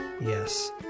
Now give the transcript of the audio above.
Yes